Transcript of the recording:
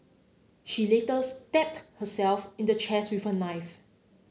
she later stab herself in the chest with a knife